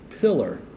pillar